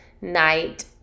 night